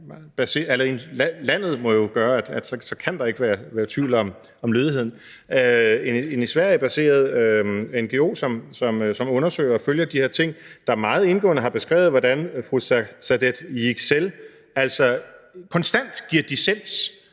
land må jo gøre, at så kan der ikke være tvivl om lødigheden – baseret ngo, som undersøger og følger de her ting, der meget indgående har beskrevet, hvordan fru Saadet Yüksel altså konstant giver dissens